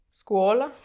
scuola